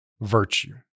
virtue